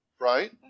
right